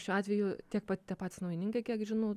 šiuo atveju tiek pat tie patys naujininkai kiek žinau